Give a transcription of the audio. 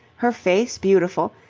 her face beautiful,